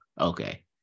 okay